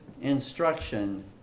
instruction